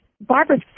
Barbara